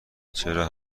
چرا